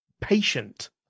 patient